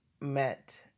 met